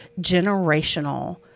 generational